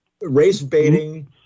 race-baiting